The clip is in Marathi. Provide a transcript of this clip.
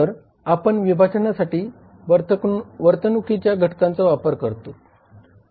तर आपण विभाजनासाठी वर्तणुकीच्या घटकांचा वापर करतोत